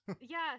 Yes